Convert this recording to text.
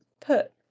put